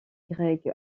grec